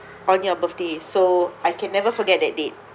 on your birthday so I can never forget that date